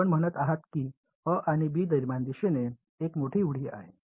आपण म्हणत आहात की अ आणि बी दरम्यान दिशेने एक मोठी उडी आहे